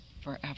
forever